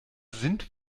sind